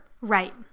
Right